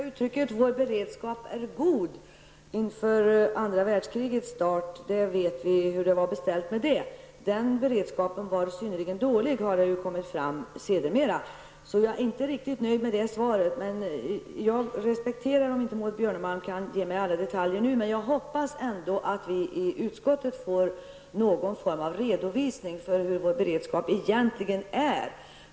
Herr talman! Vår beredskap är god, hette det innan andra världskriget startade. Men nu vet vi hur det var beställt med den beredskapen. Det har ju sedermera framkommit att den var synnerligen dålig. Jag är alltså inte riktigt nöjd med det svar som jag har fått. Men jag respekterar om Maud Björnemalm inte kan ge mig besked om alla detaljer nu. Jag hoppas dock att vi i utskottet får en redovisning för hur beredskapen egentligen är.